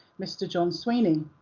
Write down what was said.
mr john sweeney.